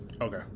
Okay